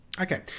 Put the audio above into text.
Okay